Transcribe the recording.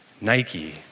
Nike